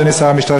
אדוני שר המשטרה,